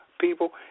people